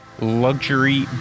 luxury